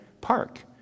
park